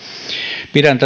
pidän